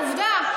עובדה.